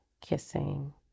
kissing